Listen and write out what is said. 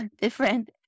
different